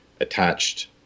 attached